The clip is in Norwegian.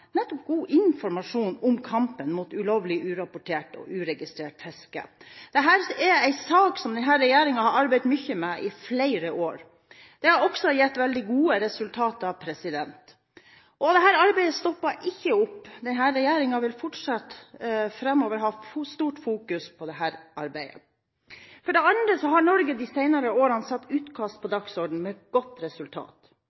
nettopp god informasjon om kampen mot ulovlig, urapportert og uregistrert fiske. Det er en sak som denne regjeringen har arbeidet mye med i flere år. Det har også gitt veldig gode resultater. Dette arbeidet stopper ikke opp. Denne regjeringen vil fortsatt framover ha stort fokus på dette arbeidet. For det andre har Norge de senere årene satt utkast på